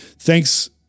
Thanks